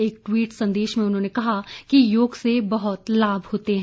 एक ट्वीट संदेश में उन्होंने कहा कि योग से बहुत लाभ हैं